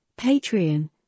Patreon